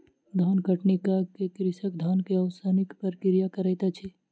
धान कटनी कअ के कृषक धान के ओसौनिक प्रक्रिया करैत अछि